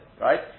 right